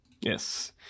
Yes